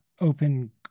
open